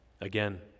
Again